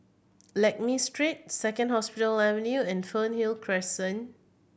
Lakme Street Second Hospital Avenue and Fernhill Crescent